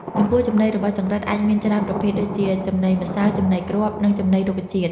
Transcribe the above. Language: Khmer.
ចំពោះចំណីរបស់ចង្រិតអាចមានច្រើនប្រភេទដូចជា ចំណីម្សៅ ចំណីគ្រាប់ និងចំណីរុក្ខជាតិ។